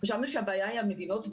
חשבנו שהבעיה היא המדינות,